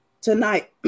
tonight